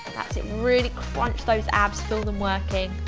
that's it really crunch those abs. feel them working.